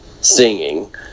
singing